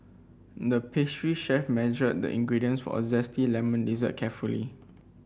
the pastry chef measured the ingredients for a zesty lemon dessert carefully